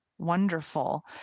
Wonderful